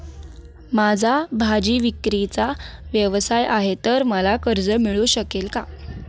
माझा भाजीविक्रीचा व्यवसाय आहे तर मला कर्ज मिळू शकेल का?